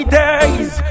days